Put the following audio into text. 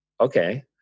okay